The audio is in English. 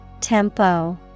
Tempo